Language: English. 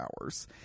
hours